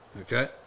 Okay